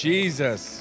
Jesus